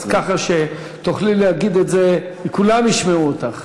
ככה שתוכלי להגיד את זה וכולם ישמעו אותך.